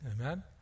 amen